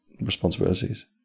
responsibilities